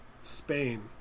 Spain